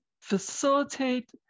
facilitate